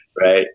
Right